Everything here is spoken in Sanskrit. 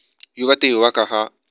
युवतियुवकः